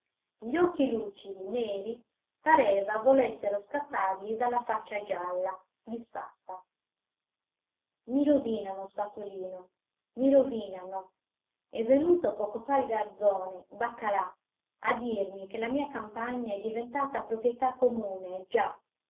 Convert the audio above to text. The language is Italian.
gli occhi lucidi neri pareva volessero scappargli dalla faccia gialla disfatta i rovinano spatolino mi rovinano è venuto poco fa il garzone baccalà a dirmi che la mia campagna è diventata proprietà comune già